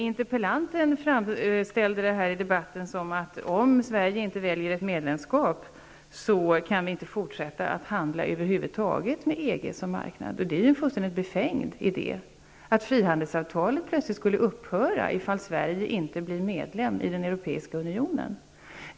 Interpellanten framställde det här såsom att om Sverige inte väljer ett medlemskap kan vi över huvud taget inte fortsätta att handla med EG som marknad. Det är en fullständigt befängd idé att frihandelsavtalet plötsligt skulle upphöra om Sverige inte skulle bli medlem i den europeiska unionen.